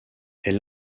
est